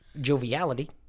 Joviality